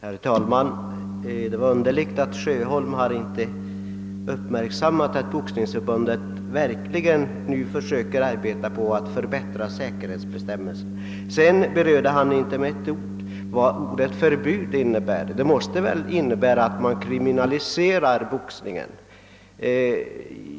Herr talman! Det är underligt att herr Sjöholm inte uppmärksammat att Boxningsförbundet verkligen nu försöker arbeta på att förbättra säkerhetsbestämmelserna. Han berörde inte med ett ord vad ordet »förbud» innebär. Det måste väl innebära att man kriminaliserar boxningen.